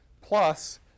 plus